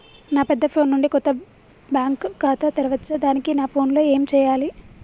నా పెద్ద ఫోన్ నుండి కొత్త బ్యాంక్ ఖాతా తెరవచ్చా? దానికి నా ఫోన్ లో ఏం చేయాలి?